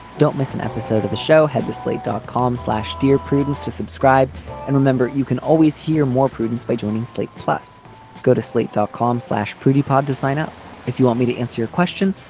don't miss an episode of the show head to slate dot com slash dear prudence to subscribe and remember you can always hear more prudence by joining slate plus go to slate dot com slash pretty pod to sign up if you want me to answer your question.